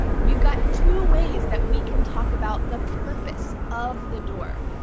we've got two ways that we can talk about the purpose of the door.